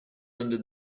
under